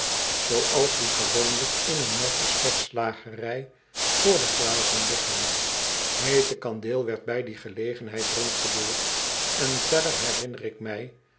zooals die gewoonlijk in een nette spekslagerij voor de glazen liggen heete kandeel werd bij die gelegenheid rondgedeeld en verder herinner ik mij